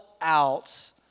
out